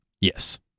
Yes